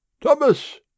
Thomas